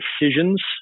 decisions